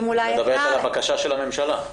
את מדברת על הבקשה של הממשלה.